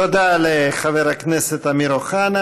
תודה לחבר הכנסת אמיר אוחנה.